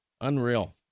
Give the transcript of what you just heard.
Unreal